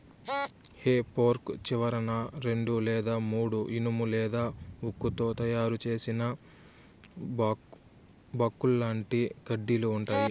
హె fork చివరన రెండు లేదా మూడు ఇనుము లేదా ఉక్కుతో తయారు చేసిన బాకుల్లాంటి కడ్డీలు ఉంటాయి